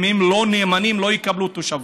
אם הם לא נאמנים, לא יקבלו תושבות.